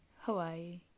Hawaii